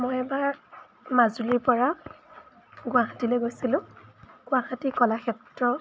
মই এবাৰ মাজুলীৰপৰা গুৱাহাটীলৈ গৈছিলোঁ গুৱাহাটী কলাক্ষেত্ৰ